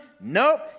Nope